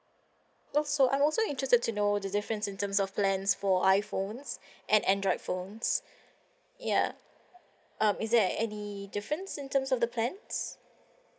also I'm also interested to know the difference in terms of plans for iphones and android phones ya um is there any difference in terms of the plans